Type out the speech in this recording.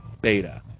beta